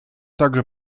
также